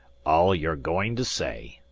all you're goin' to say,